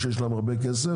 שיש להם הרבה כסף,